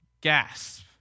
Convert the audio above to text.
gasp